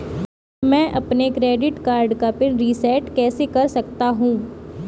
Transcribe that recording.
मैं अपने credit card का पिन रिसेट कैसे कर सकता हूँ?